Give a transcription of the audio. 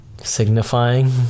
signifying